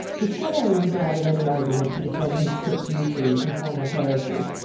the squire was glad of any argument to defend his clipped yew-trees and formal terraces,